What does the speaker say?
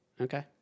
Okay